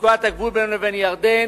נקודת הגבול בינינו לבין ירדן,